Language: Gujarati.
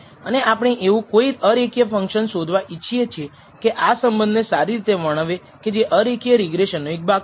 અને આપણે એવું કોઈ અરેખીય ફંકશન શોધવા ઇચ્છીએ છીએ કે જે આ સંબંધને સારી રીતે વર્ણવે કે જે અરેખીય રિગ્રેસનનો એક ભાગ છે